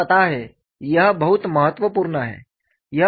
तुम्हें पता है यह बहुत महत्वपूर्ण है